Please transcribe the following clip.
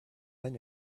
then